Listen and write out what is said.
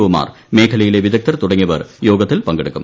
O മാർ മേഖലയിലെ വിദഗ്ദ്ധർ തുടങ്ങിയവർ യോഗത്തിൽ പങ്കെടുക്കും